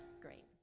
great